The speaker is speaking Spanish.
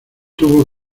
tuvo